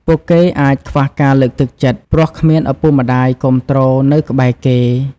ពួកគេអាចខ្វះការលើកទឹកចិត្ត ព្រោះគ្មានឪពុកម្តាយគាំទ្រនៅក្បែរគេ។